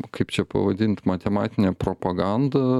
kaip čia pavadint matematinė propaganda